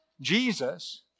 Jesus